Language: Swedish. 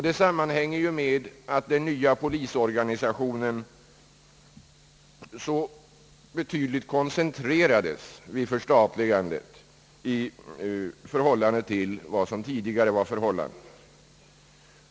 Det sammanhänger med att den nya polisorganisationen vid förstatligandet betydligt koncentrerades i förhållande till tidigare.